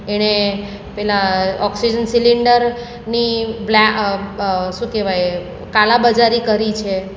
એણે પેલા ઑક્સીજન સિલિન્ડરની બ્લે શું કહેવાય કાળાબજારી કરી છે